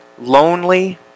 lonely